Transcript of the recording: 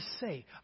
say